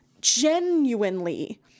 Genuinely